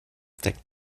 deckt